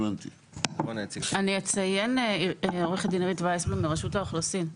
אני עירית ויסבלום, מרשות האוכלוסין.